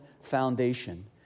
foundation